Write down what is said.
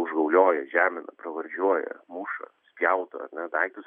užgaulioja žemina pravardžiuoja muša spjaudo ar ne daiktus